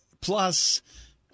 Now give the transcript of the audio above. Plus